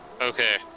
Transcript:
Okay